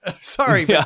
sorry